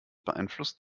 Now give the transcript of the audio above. beeinflusst